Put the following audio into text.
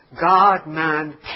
God-man